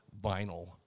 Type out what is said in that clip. vinyl